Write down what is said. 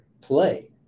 play